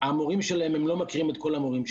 הם לא מכירים את כל המורים שלהם.